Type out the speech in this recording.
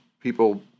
people